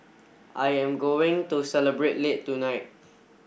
I am going to celebrate late tonight